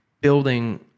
building